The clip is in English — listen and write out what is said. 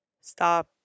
stop